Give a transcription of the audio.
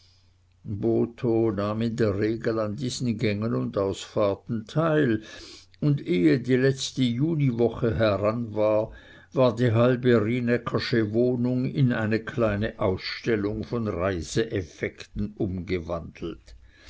in der regel an diesen gängen und ausfahrten teil und ehe die letzte juniwoche heran war war die halbe rienäckersche wohnung in eine kleine ausstellung von reiseeffekten umgewandelt